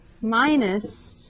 minus